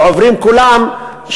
שעוברים כולם,